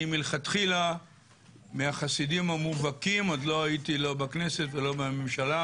אני מלכתחילה מהחסידים המובהקים עוד לא הייתי לא בכנסת ולא בממשלה